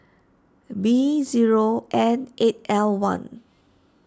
B zero N eight L one